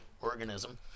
organism